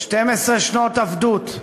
12 שנות עבדות,